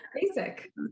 basic